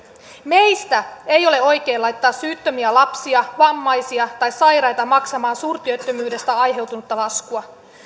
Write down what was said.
meistä ei ole oikein laittaa syyttömiä lapsia vammaisia tai sairaita maksamaan suurtyöttömyydestä aiheutunutta laskua